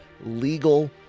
legal